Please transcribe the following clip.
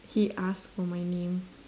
he asked for my name